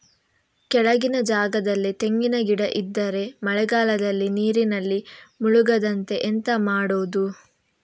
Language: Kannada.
ಕೆಳಗಿನ ಜಾಗದಲ್ಲಿ ತೆಂಗಿನ ಗಿಡ ಇದ್ದರೆ ಮಳೆಗಾಲದಲ್ಲಿ ನೀರಿನಲ್ಲಿ ಮುಳುಗದಂತೆ ಎಂತ ಮಾಡೋದು?